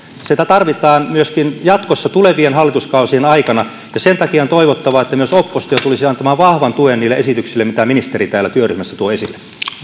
sitä tarvitaan myöskin jatkossa tulevien hallituskausien aikana sen takia on toivottavaa että myös oppositio tulisi antamaan vahvan tuen niille esityksille mitä ministeri täällä työryhmässä tuo esille